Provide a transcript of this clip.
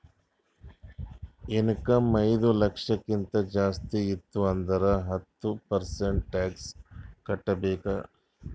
income ಐಯ್ದ ಲಕ್ಷಕ್ಕಿಂತ ಜಾಸ್ತಿ ಇತ್ತು ಅಂದುರ್ ಹತ್ತ ಪರ್ಸೆಂಟ್ ಟ್ಯಾಕ್ಸ್ ಕಟ್ಟಬೇಕ್